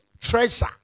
treasure